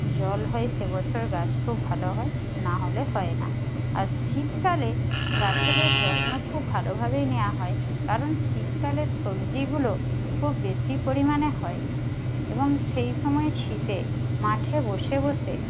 জল হয় সে বছর গাছ খুব ভালো হয় না হলে হয় না আর শীতকালে গাছেদের যত্ন খুব ভালোভাবেই নেওয়া হয় কারণ শীতকালে সবজিগুলো খুব বেশি পরিমাণে হয় এবং সেই সময় শীতে মাঠে বসে বসে